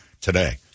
today